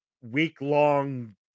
week-long